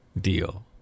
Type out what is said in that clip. deal